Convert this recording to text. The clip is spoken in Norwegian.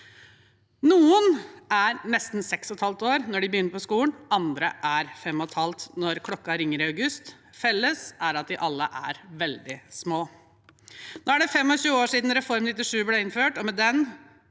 seks og et halvt år når de begynner på skolen, andre er fem og et halvt når klokka ringer i august. Felles er at de alle er veldig små. Nå er det 25 år siden Reform 97 ble innført, og med den